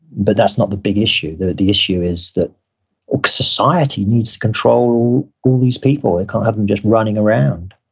but that's not the big issue, the issue is that ah society needs to control all these people, they can't have them just running around.